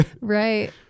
Right